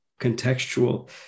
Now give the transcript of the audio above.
contextual